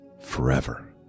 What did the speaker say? forever